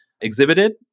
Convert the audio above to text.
exhibited